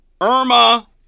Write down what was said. Irma